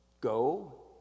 Go